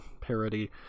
parody